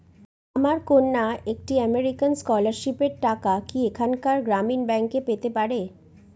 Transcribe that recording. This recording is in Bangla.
আমার কন্যা একটি আমেরিকান স্কলারশিপের টাকা কি এখানকার গ্রামীণ ব্যাংকে পেতে পারে?